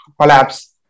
collapse